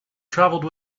travelled